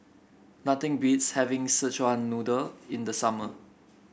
nothing beats having Szechuan Noodle in the summer